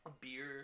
beer